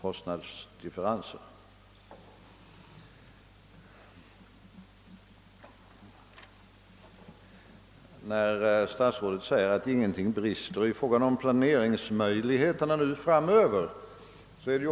Det är också överraskande att statsrådet säger, att ingenting brister i fråga om planeringsmöjligheterna framåt.